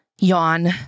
yawn